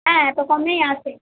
হ্যাঁ তো কমেই আছে